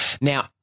Now